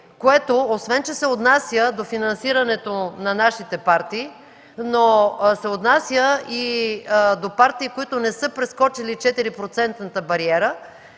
което освен че се отнася до финансирането на нашите партии, се отнася и до партии, които не са прескочили 4-процентната бариера,